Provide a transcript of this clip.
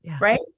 right